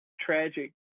tragic